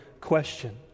question